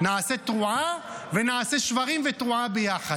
נעשה תרועה ונעשה שברים ותרועה ביחד.